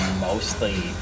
mostly